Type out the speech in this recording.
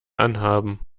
anhaben